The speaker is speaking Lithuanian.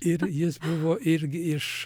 ir jis buvo irgi iš